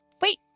wait